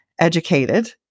educated